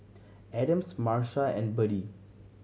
Adams Marsha and Birdie